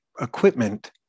equipment